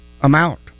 amount